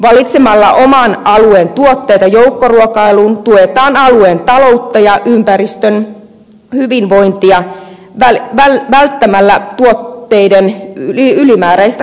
valitsemalla oman alueen tuotteita joukkoruokailuun tuetaan alueen taloutta ja ympäristön hyvinvointia välttämällä tuotteiden ylimääräistä kuljetusta